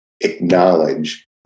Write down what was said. acknowledge